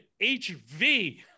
HV